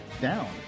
down